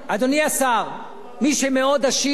מי שמאוד עשיר,